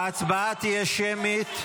ההצבעה תהיה שמית.